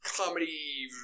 Comedy